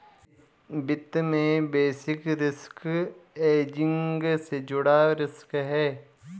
वित्त में basis risk hedging से जुड़ा रिस्क है